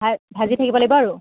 ভাজি থাকিব লাগিব আৰু